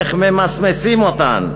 איך ממסמסים אותן,